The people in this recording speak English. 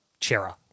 Chera